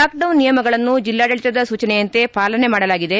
lockdown ನಿಯಮಗಳನ್ನು ಜಿಲ್ಲಾಡಳಿತದ ಸೂಚನೆಯಂತೆ ಪಾಲನೆ ಮಾಡಲಾಗಿದೆ